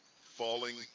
falling